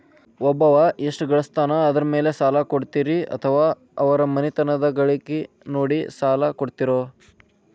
ಒಬ್ಬವ ಎಷ್ಟ ಗಳಿಸ್ತಾನ ಅದರ ಮೇಲೆ ಸಾಲ ಕೊಡ್ತೇರಿ ಅಥವಾ ಅವರ ಮನಿತನದ ಗಳಿಕಿ ನೋಡಿ ಸಾಲ ಕೊಡ್ತಿರೋ?